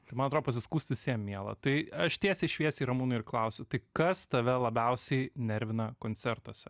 tai man atrodo pasiskųst visiem miela tai aš tiesiai šviesiai ramūnai ir klausiu tai kas tave labiausiai nervina koncertuose